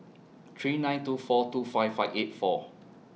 three nine two four two five five eight four